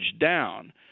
down